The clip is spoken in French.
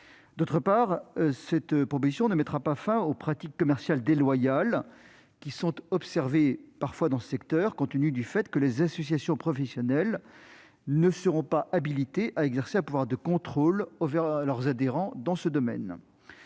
D'autre part, ce dispositif ne mettra pas fin aux pratiques commerciales déloyales parfois observées dans ce secteur, compte tenu du fait que les associations professionnelles ne seront pas habilitées à exercer un pouvoir de contrôle sur leurs adhérents dans ces domaines.